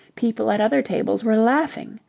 people at other tables were laughing.